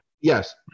yes